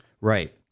Right